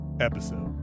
episode